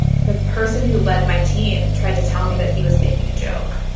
the person who led my team tried to tell me that he was making a joke.